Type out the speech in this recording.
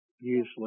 usually